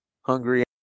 Hungry